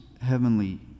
Heavenly